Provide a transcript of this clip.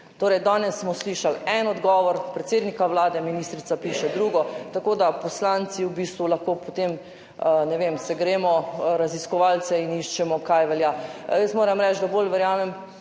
Torej danes smo slišali en odgovor predsednika Vlade, ministrica piše drugo, tako da poslanci v bistvu lahko potem, ne vem, se gremo raziskovalce in iščemo, kaj velja. Jaz moram reči, da bolj verjamem